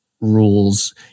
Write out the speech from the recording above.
rules